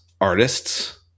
artists